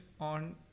on